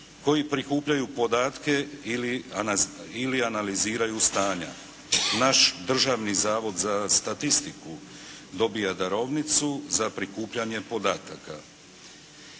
koji prikupljaju podatke ili analiziraju stanja. Naš Državni zavod za statistiku dobija darovnicu za prikupljanje podataka.